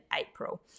April